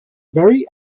very